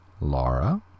Laura